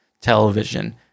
television